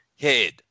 head